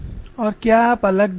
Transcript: और क्या आप अलग देखते हैं